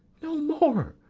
no more.